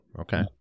okay